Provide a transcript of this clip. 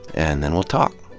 and then we'll talk.